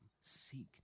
seek